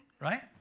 Right